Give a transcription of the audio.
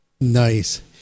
Nice